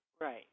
Right